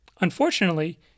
Unfortunately